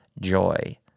joy